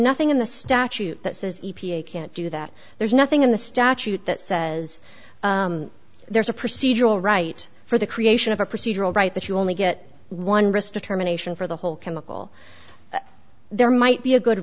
nothing in the statute that says can't do that there's nothing in the statute that says there's a procedural right for the creation of a procedural right that you only get one risk determination for the whole chemical there might be a good